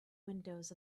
windows